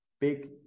big